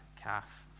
calf